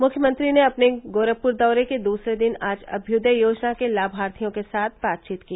मुख्यमंत्री ने अपने गोरखपुर दौरे के दूसरे दिन आज अभ्युदय योजना के लाभार्थियों के साथ बातचीत की